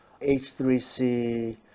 H3C